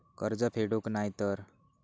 कर्ज फेडूक नाय तर?